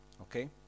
Okay